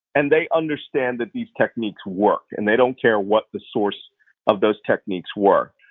and they understand that these techniques work, and they don't care what the source of those techniques were.